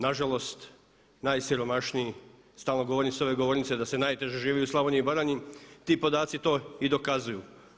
Nažalost, najsiromašniji stalno govorim s ove govornice da se najteže živi u Slavoniji i Baranji a ti podaci to i dokazuju.